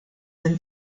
than